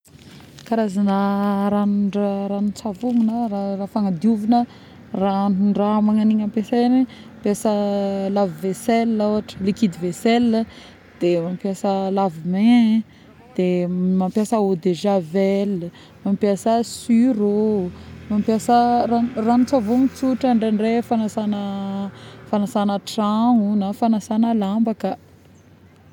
Karazagna ragnon-draha, ragnon-tsavogno na raha fagnadiovagna, ragnon-draha magnan'igny ampiasaigny, mampiasa lave - veseille ôhatra liquide veseille, de mampiasa lave-main, de mampiasa eau de javel, mampiasa sur-eau, mampiasa ragnon-tsavogny tsotra ndraindray fagnasagna, fagnasagna tragno na fagnasagna lamba ka